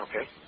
Okay